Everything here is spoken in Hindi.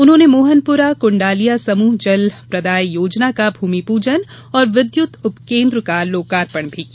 उन्होंने मोहनपुरा कृण्डालिया समूह जल प्रदाय योजना का भूमिपूजन और विद्युत उपकेन्द्र का लोकार्पण किया